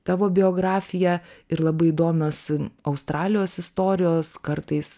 tavo biografija ir labai įdomios australijos istorijos kartais